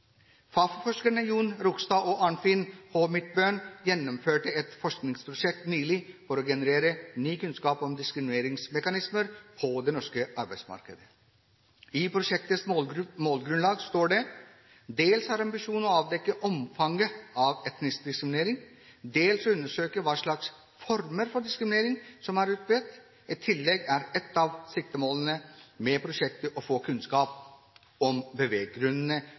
Jon Rogstad og Arnfinn H. Midtbøen gjennomførte et forskningsprosjekt nylig for å generere ny kunnskap om diskrimineringsmekanismer på det norske arbeidsmarkedet. I prosjektets målgrunnlag står det: «Dels er ambisjonen å avdekke omfanget av etnisk diskriminering, dels å undersøke hva slags former for diskriminering som er utbredt. I tillegg er et siktemål med prosjektet å få kunnskap om beveggrunnene